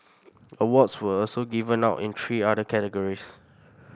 awards were also given out in three other categories